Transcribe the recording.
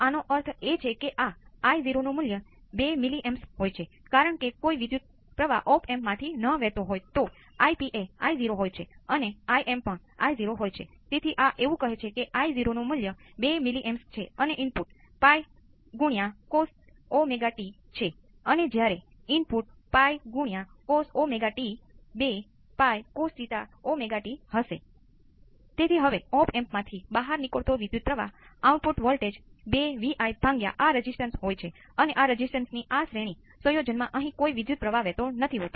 તેથી જો આપણે આને Vc કહીએ અને આ અનંત માં કોઈ વિદ્યુત પ્રવાહ નથી વહેતો